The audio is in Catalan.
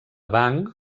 banc